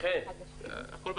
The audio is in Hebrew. הוא מחכה